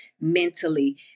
mentally